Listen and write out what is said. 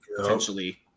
potentially